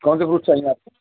کون سے فروٹ چاہئیں آپ کو